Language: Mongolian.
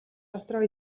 дотроо